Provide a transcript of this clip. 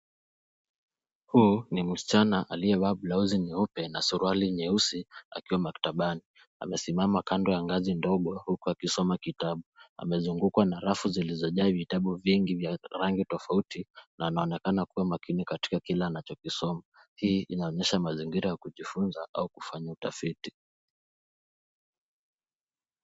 Huu ni msichana aliyevaa blausi nyeupe na suruali nyeusi akiwa maktabani. Amesimama kando ya ngazi ndogo huku akisoma kitabu. Amezungukwa na rafu zilizojaa vitabu vingi vya rangi tofauti na anaonekana kuwa makini katika kile anachokisoma. Hii inaonyesha mazingira ya kujifunza au kufanya utafiti.